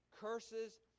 curses